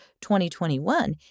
2021